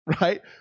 right